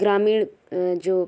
ग्रामीण जो